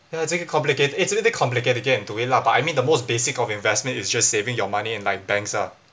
you know it's complicate it's a bit complicate to get into it lah but I mean the most basic of investment is just saving your money and like banks ah